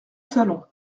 salon